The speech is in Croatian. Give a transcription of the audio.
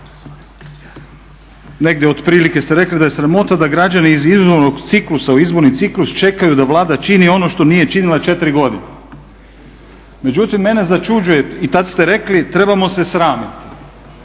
Negdje otprilike ste rekli da je sramota da građani iz izbornog ciklusa u izborni ciklus čekaju da Vlada čini ono što nije činila 4 godine. Međutim, mene začuđuje i tad ste rekli trebamo se sramiti.